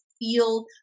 feel